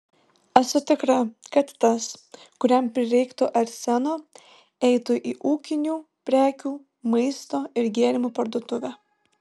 esu tikra kad tas kuriam prireiktų arseno eitų į ūkinių prekių maisto ir gėrimų parduotuvę